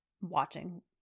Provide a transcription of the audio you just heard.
watching